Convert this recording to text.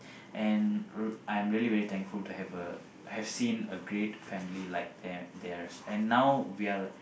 and r~ I'm really very thankful to have a have seen a great family like them theirs and now we're